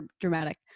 dramatic